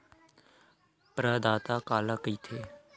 प्रदाता काला कइथे?